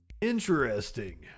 Interesting